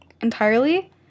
entirely